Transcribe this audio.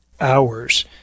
hours